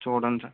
చూడండి సార్